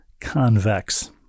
convex